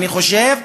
אני חושב,